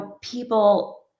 people